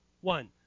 One